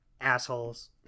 assholes